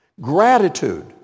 gratitude